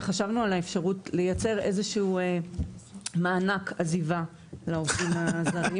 וחשבנו על האפשרות לייצר איזה שהוא מענק עזיבה לעובדים הזרים.